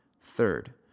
Third